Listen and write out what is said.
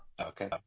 Okay